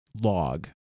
log